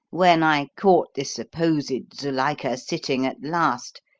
when i caught this supposed zuilika sitting at last,